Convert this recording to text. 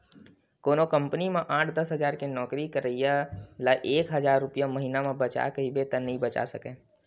कोनो कंपनी म आठ, दस हजार के नउकरी करइया ल एक हजार रूपिया महिना म बचा कहिबे त नइ बचा सकय